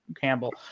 Campbell